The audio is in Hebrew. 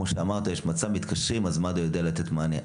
אם יש מצב שבו מתקשרים מד"א יודע לתת מענה,